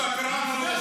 שקרן עלוב.